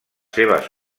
seves